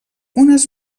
unes